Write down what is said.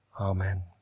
Amen